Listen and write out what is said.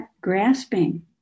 grasping